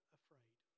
afraid